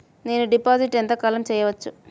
నేను డిపాజిట్ ఎంత కాలం చెయ్యవచ్చు?